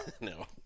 No